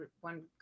one